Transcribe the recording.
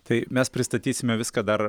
tai mes pristatysime viską dar